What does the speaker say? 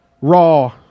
raw